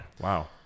wow